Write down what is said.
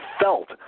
felt